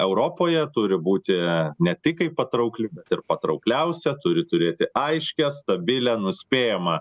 europoje turi būti ne tik kaip patraukli bet ir patraukliausia turi turėti aiškią stabilią nuspėjamą